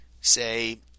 say